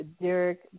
Derek